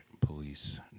Police